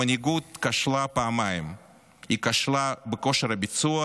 המנהיגות כשלה פעמיים: היא כשלה בכושר הביצוע"